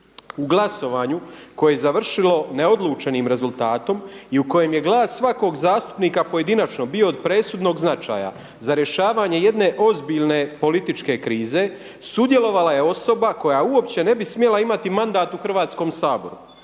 U glasovanju koje je završilo neodlučenim rezultatom i u kojem je glas svakog zastupnika pojedinačno bio od presudnog značaja za rješavanje jedne ozbiljne političke krize sudjelovala je osoba koja uopće ne bi smjela imati mandat u Hrvatskom saboru.